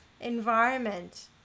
environment